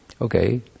okay